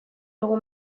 dugu